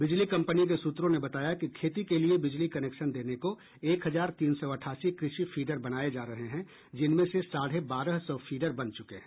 बिजली कंपनी के सूत्रों ने बताया कि खेती के लिए बिजली कनेक्शन देने को एक हजार तीन सौ अठासी कृषि फीडर बनाये जा रहे हैं जिनमें से साढ़े बारह सौ फीडर बन चुके हैं